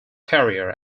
career